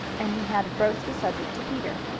and he had broached the subject to peter.